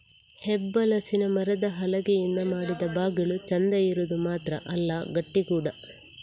ಹೆಬ್ಬಲಸಿನ ಮರದ ಹಲಗೆಯಿಂದ ಮಾಡಿದ ಬಾಗಿಲು ಚಂದ ಇರುದು ಮಾತ್ರ ಅಲ್ಲ ಗಟ್ಟಿ ಕೂಡಾ